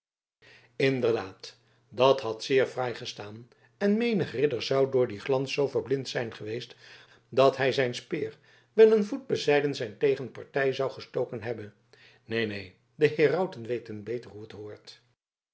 inderdaad dat had zeer fraai gestaan en menig ridder zou door dien glans zoo verblind zijn geweest dat hij zijn speer wel een voet bezijden zijn tegenpartij zou gestoken hebben neen neen de herauten weten beter hoe het hoort